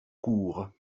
court